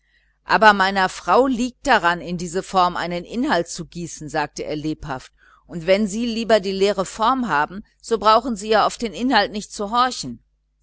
aber meiner frau liegt daran in diese form einen inhalt zu gießen sagte er lebhaft und wenn sie lieber die leere form haben so brauchen sie ja auf den inhalt nicht zu horchen